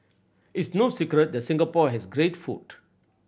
it's no secret that Singapore has great food